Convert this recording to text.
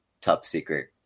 top-secret